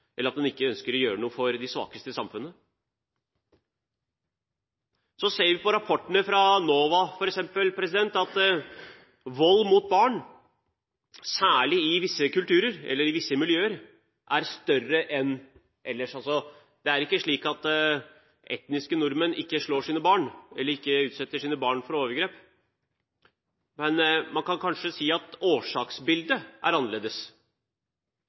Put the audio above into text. eller at man ikke ønsker å gjøre noe for de svakeste i samfunnet. Vi ser av rapportene fra NOVA, f.eks. at vold mot barn, særlig i visse kulturer eller i visse miljøer, skjer hyppigere enn ellers. Det er ikke slik at etniske nordmenn ikke slår sine barn eller ikke utsetter sine barn for overgrep, men man kan kanskje si at årsaksbildet er annerledes.